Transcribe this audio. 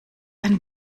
ein